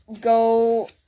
Go